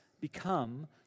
become